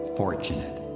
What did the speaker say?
fortunate